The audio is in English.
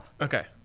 Okay